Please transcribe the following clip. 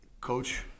Coach